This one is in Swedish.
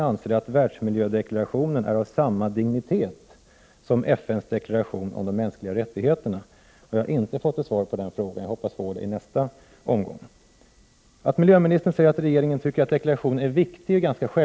I deklarationen hävdas att varje form av liv är unik och att människan måste vägledas av moraliska regler för sitt handlande.